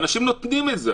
אנשים בכל זאת נותנים את זה.